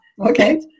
okay